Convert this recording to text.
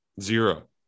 Zero